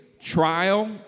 trial